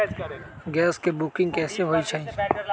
Gas के booking कैसे होईछई?